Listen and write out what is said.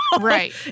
Right